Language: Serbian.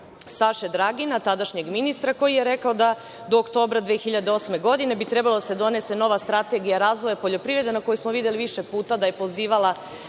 Saše Dragina, tadašnjeg ministra, koji je rekao da od oktobra 2008. godine bi trebala da se donese nova Strategija razvoja poljoprivrede na koju je više puta pozivala